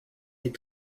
est